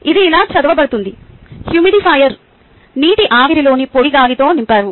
ఇది ఇలా చదవబడుతుంది హ్యూమిడిఫైయర్ నీటి ఆవిరి లేని పొడి గాలితో నింపారు